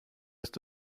ist